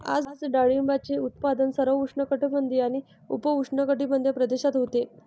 आज डाळिंबाचे उत्पादन सर्व उष्णकटिबंधीय आणि उपउष्णकटिबंधीय प्रदेशात होते